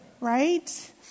right